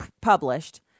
published